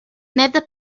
nether